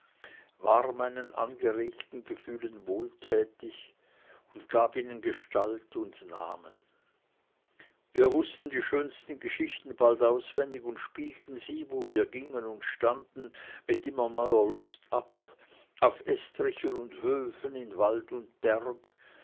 war meinen angeregten gefühlen wohltätig und gab ihnen gestalt und namen wir wußten die schönsten geschichten bald auswendig und spielten sie wo wir gingen und standen mit immer neuer lust ab auf estrichen und höfen in wald und berg